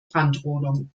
brandrodung